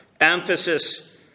emphasis